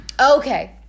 Okay